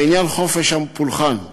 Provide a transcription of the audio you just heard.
בעניין חופש הפולחן,